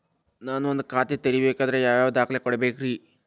ನಾನ ಒಂದ್ ಖಾತೆ ತೆರಿಬೇಕಾದ್ರೆ ಯಾವ್ಯಾವ ದಾಖಲೆ ಕೊಡ್ಬೇಕ್ರಿ?